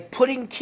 putting